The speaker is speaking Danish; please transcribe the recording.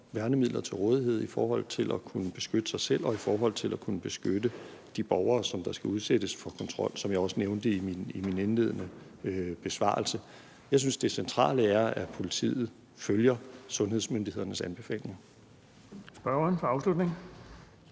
værnemidler til rådighed i forhold til at kunne beskytte sig selv og i forhold til at kunne beskytte de borgere, som skal udsættes for kontrol, som jeg også nævnte i min indledende besvarelse. Jeg synes, det centrale er, at politiet følger sundhedsmyndighedernes anbefalinger. Kl. 16:16 Den fg. formand